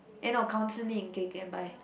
eh no counselling k k bye